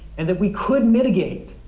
and that we could mitigate